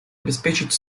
обеспечить